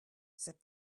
said